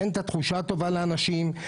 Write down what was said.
תן תחושה טובה לאנשים,